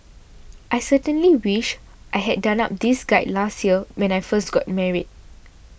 I certainly wish I had done up this guide last year when I first got married